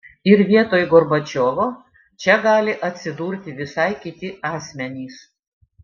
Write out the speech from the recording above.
ir vietoj gorbačiovo čia gali atsidurti visai kiti asmenys